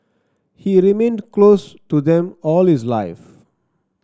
he remained close to them all his life